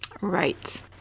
Right